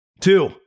Two